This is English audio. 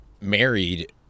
married